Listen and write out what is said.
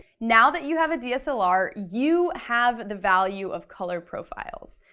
now that you have a dslr, you have the value of color profiles.